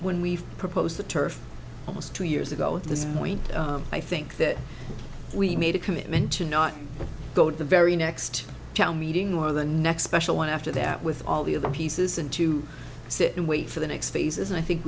when we proposed the turf almost two years ago at this point i think that we made a commitment to not go to the very next town meeting or the next special one after that with all the other pieces and to sit and wait for the next phases and i think